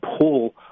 pull